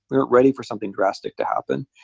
we weren't ready for something drastic to happen.